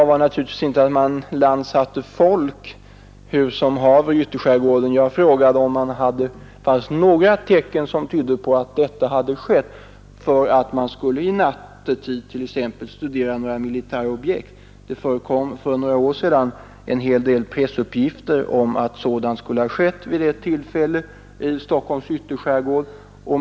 Jag sade naturligtvis inte att man landsatte folk från ubåtar hur som haver i ytterskärgården. Jag frågade, om det fanns några tecken som tydde på att detta hade skett för att man under nattetid skulle kunna t.ex. studera några militärobjekt. För några år sedan förekom en del pressuppgifter om att sådant skulle ha skett vid ett tillfälle i Stockholms ytterskärgård.